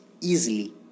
easily